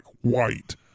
white